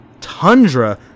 tundra